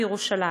בירושלים.